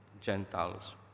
Gentiles